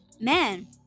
man